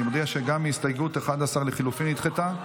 אני מודיע שגם הסתייגות 11 לחלופין נדחתה.